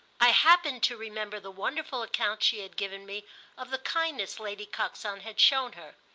i happened to remember the wonderful accounts she had given me of the kindness lady coxon had shown her.